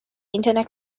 internet